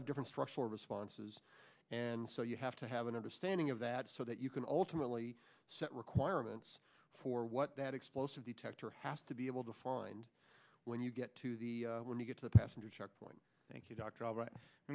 have different structural responses and so you have to have an understanding of that so that you can ultimately set requirements for what that explosive detector has to be able to find when you get to the when you get to the passenger checkpoint thank you dr albright